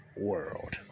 world